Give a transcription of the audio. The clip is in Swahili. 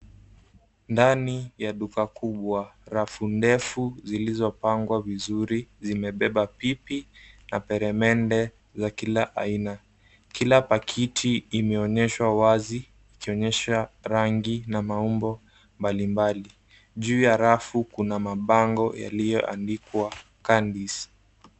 Ndani ya duka kubwa rafu ndefu zilizopangwa vizuri zimebeba pipi na peremende za kila aina. Kila pakiti imeonyeshwa wazi ikionyesha rangi na maumbo mbalimbali. Juu ya rafu kuna mabango yaliyoandikwa candies .